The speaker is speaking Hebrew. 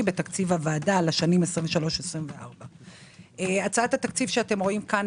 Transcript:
בתקציב הוועדה לשנים 2023-2024. הצעת התקציב שאתם רואים כאן,